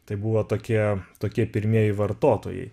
tai buvo tokie tokie pirmieji vartotojai